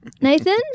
Nathan